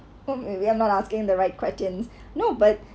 maybe I'm not asking the right questions no but